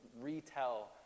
retell